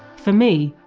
for me,